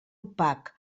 opac